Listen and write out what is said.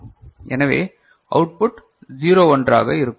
எனவே அவுட்புட் 0 1 ஆக இருக்கும்